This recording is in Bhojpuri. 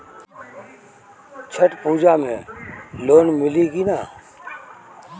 छठ पूजा मे लोन मिली की ना?